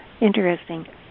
Interesting